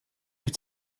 wyt